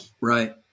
Right